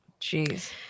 jeez